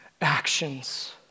actions